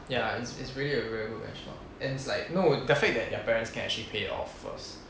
ya it's it's really a very good benchmark and it's like no the fact that their parents can actually pay off first